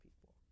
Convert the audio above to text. people